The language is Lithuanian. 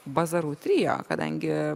bazarų trio kadangi